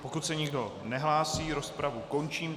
Pokud se nikdo nehlásí, rozpravu končím.